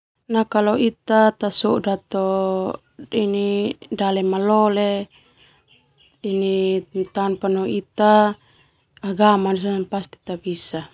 Nah kalo ita tasoda to dale malole tanpa no ita agama na sona pasti tabisa.